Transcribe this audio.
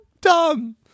dumb